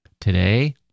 Today